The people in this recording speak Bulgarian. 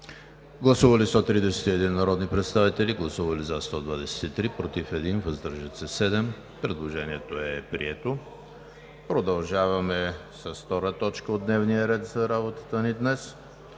Гласували 131 народни представители: за 123, против 1, въздържали се 7. Предложението е прието. Продължаваме с втора точка от дневния ред за работата ни днес: